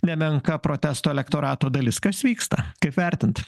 nemenka protesto elektorato dalis kas vyksta kaip vertint